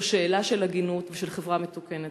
זו שאלה של הגינות ושל חברה מתוקנת.